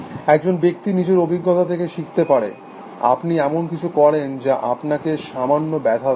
একজন ব্যক্তি নিজের অভিজ্ঞতা থেকে শিখতে পারে আপনি এমন কিছু করেন যা আপনাকে সামান্য ব্যথা দেয়